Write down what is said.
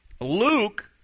Luke